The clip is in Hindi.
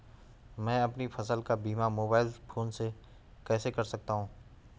मैं अपनी फसल का बीमा मोबाइल फोन से कैसे कर सकता हूँ?